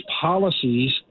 policies